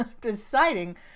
deciding